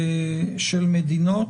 של מדינות.